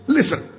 Listen